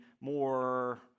more